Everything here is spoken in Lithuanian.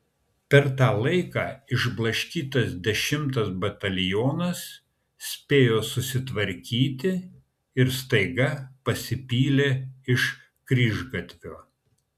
per tą laiką išblaškytas dešimtas batalionas spėjo susitvarkyti ir staiga pasipylė iš kryžgatvio